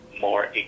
more